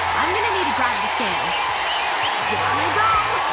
i'm going to need to grab the scale down i go!